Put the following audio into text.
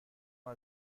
ماه